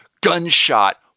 gunshot